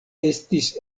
estis